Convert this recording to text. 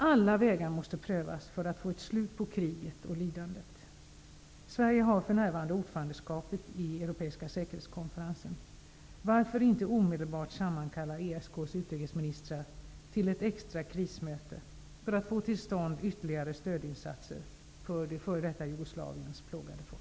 Alla vägar måste prövas för att få ett slut på kriget och lidandet. Sverige har för närvarande ordförandeskapet i Europeiska säkerhetskonferensen. Varför inte omedelbart sammankalla ESK:s utrikesministrar till ett extra krismöte för att få till stånd ytterligare stödinsatser för det f.d. Jugoslaviens plågade folk?